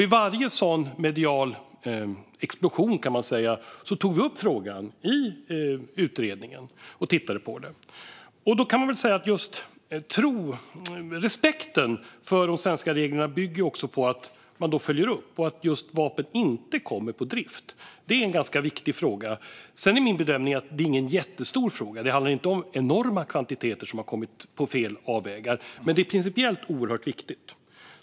Vid varje sådan medial explosion, kan man säga, tog vi upp och tittade på frågan i utredningen. Respekten för de svenska reglerna bygger på att man följer upp att vapen inte kommer på drift. Det är en ganska viktig fråga. Sedan är min bedömning att det inte är en jättestor fråga. Det handlar ju inte om enorma kvantiteter som har kommit på avvägar, men det är principiellt oerhört viktigt.